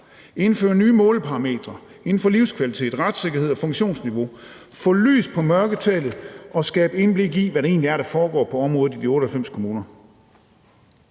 indføre nye måleparametre inden for livskvalitet, retssikkerhed og funktionsniveau, at få lys på mørketallet og at skabe indblik i, hvad det egentlig er, der foregår på området i de 98 kommuner.